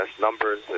numbers